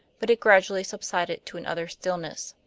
but it gradually subsided to an utter stillness.